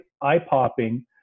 eye-popping